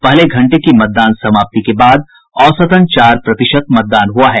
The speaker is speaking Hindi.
पहले घंटे की मतदान समाप्ति के बाद औसतन चार प्रतिशत मतदान हुआ है